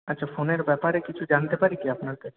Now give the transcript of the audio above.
আচ্ছা ফোনের ব্যাপারে কিছু জানতে পারি কি আপনার কাছে